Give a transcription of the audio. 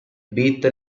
beat